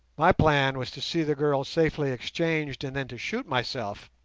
my plan was to see the girl safely exchanged and then to shoot myself,